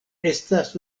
estas